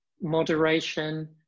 Moderation